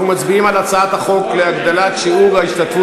אנחנו מצביעים על הצעת חוק להגדלת שיעור ההשתתפות